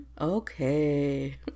Okay